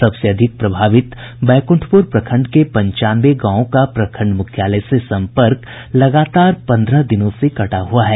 सबसे अधिक प्रभावित बैकुंठपुर प्रखंड के पंचानवे गांवों का प्रखंड मुख्यालय से संपर्क लगातार पंद्रह दिनों से कटा हुआ है